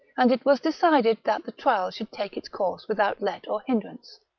and it was decided that the trial should take its course without let or hindrance.